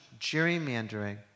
gerrymandering